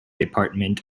department